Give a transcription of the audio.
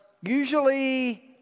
usually